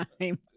time